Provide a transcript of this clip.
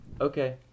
Okay